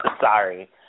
Sorry